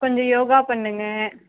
கொஞ்சம் யோகா பண்ணுங்கள்